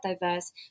diverse